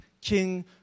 king